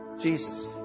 Jesus